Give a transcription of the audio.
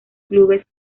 clubes